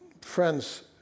friends